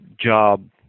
job